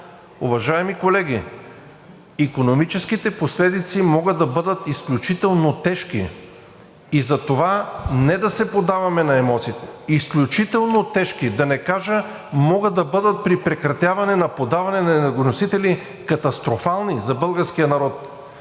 уважаеми колеги, икономическите последици могат да бъдат изключително тежки и затова не да се поддаваме на емоциите, изключително тежки, да не кажа, могат да бъдат при прекратяване на подаване на енергоносители катастрофални за българския народ.